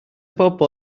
bobl